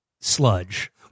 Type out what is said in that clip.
sludge